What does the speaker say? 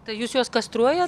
tai jūs juos kastruojat